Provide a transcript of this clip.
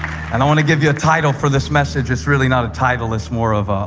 and i want to give you a title for this message. it's really not a title. it's more of